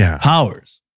powers